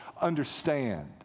understand